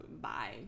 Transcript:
bye